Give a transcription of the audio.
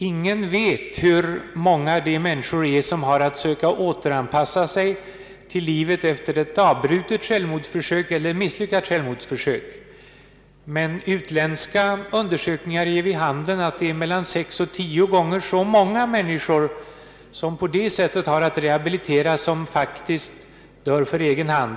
Ingen vet hur många de människor är som har att söka återanpassa sig till livet efter ett avbrutet eller misslyckat självmordsförsök, men utländska undersökningar ger vid handen, att det är mellan 6 och 10 gånger så många människor som har att rehabiliteras än som faktiskt dör för egen hand.